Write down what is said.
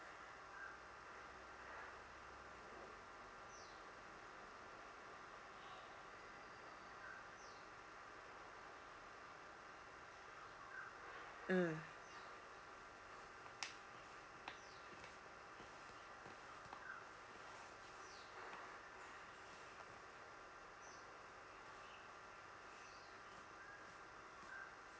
mm